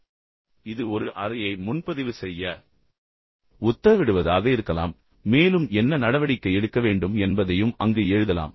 எனவே நான் சொன்னது போல் இது ஒரு அறையை முன்பதிவு செய்ய உத்தரவிடுவதாக இருக்கலாம் மேலும் என்ன நடவடிக்கை எடுக்க வேண்டும் என்பதையும் அங்கு எழுதலாம்